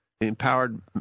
empowered